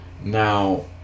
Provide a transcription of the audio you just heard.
Now